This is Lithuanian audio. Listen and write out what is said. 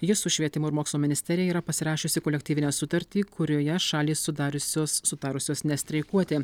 ji su švietimo ir mokslo ministerijai yra pasirašiusi kolektyvinę sutartį kurioje šalys sudariusios sutarusios nestreikuoti